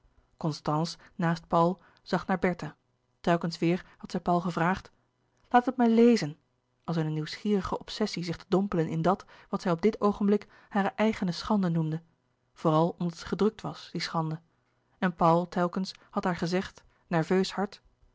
constance naast paul zag naar bertha telkens weêr had zij paul gevraagd laat het mij lezen als in een nieuwsgierige obsessie zich te dompelen in dat wat zij op dit oogenblik hare eigene schande noemde vooral omdat ze gedrukt was die schande en paul telkens had haar gezegd nerveus hard